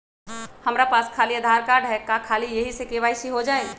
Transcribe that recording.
हमरा पास खाली आधार कार्ड है, का ख़ाली यही से के.वाई.सी हो जाइ?